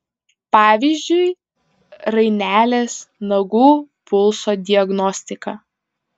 pavyzdžiui rainelės nagų pulso diagnostika